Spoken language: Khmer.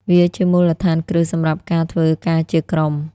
វាជាមូលដ្ឋានគ្រឹះសម្រាប់ការធ្វើការជាក្រុម។